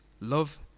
love